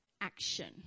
action